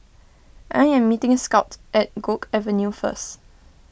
I am meeting Scot at Guok Avenue first